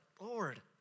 Lord